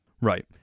right